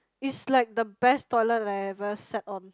is like the best toilet that I ever sat on